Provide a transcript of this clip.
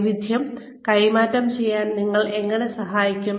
വൈദഗ്ധ്യം കൈമാറ്റം ചെയ്യാൻ നിങ്ങൾ എങ്ങനെ സഹായിക്കും